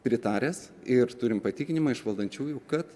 pritaręs ir turim patikinimą iš valdančiųjų kad